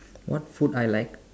what food I like